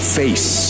face